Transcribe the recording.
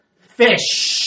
Fish